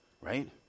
right